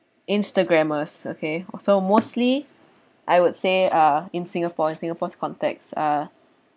instagrammers okay oh so mostly I would say ah in singapore in singapore's context ah